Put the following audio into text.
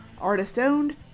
artist-owned